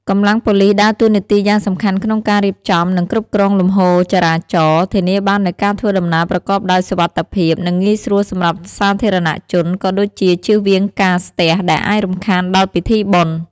កម្លាំងប៉ូលិសដើរតួនាទីយ៉ាងសំខាន់ក្នុងការរៀបចំ និងគ្រប់គ្រងលំហូរចរាចរណ៍ ធានាបាននូវការធ្វើដំណើរប្រកបដោយសុវត្ថិភាព និងងាយស្រួលសម្រាប់សាធារណជន ក៏ដូចជាជៀសវាងការស្ទះដែលអាចរំខានដល់ពិធីបុណ្យ។